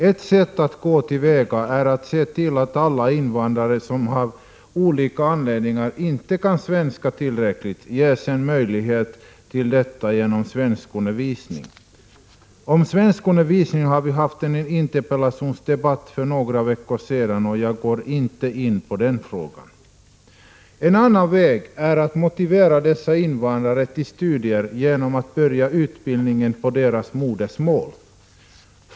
Ett sätt att gå till väga är att se till att alla invandrare, som av olika anledningar inte kan svenska tillräckligt bra, ges en möjlighet till svenskundervisning. Om svenskundervisningen förde vi en interpellationsdebatt för några veckor sedan, varför jag inte nu skall gå in på den frågan. Ett annat sätt är att motivera dessa invandrare till studier genom att börja utbildningen på deras eget modersmål.